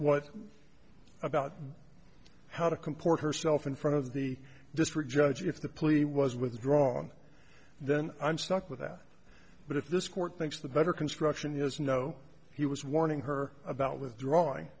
what about how to comport herself in front of the district judge if the plea was withdrawn then i'm stuck with that but if this court thinks the better construction is know he was warning her about withdrawing